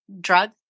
drug